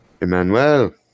Emmanuel